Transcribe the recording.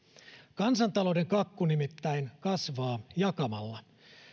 kansantalouden kakku nimittäin kasvaa jakamalla